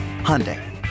Hyundai